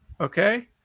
okay